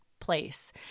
place